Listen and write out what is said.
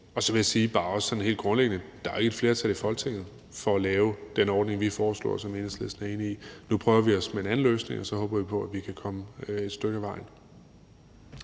Og så vil jeg sige bare sådan helt grundlæggende: Der er jo ikke et flertal i Folketinget for at lave den ordning, vi foreslog, og som Enhedslisten er enig i. Nu prøver vi med en anden løsning, og så håber vi, at vi kan komme et stykke ad vejen.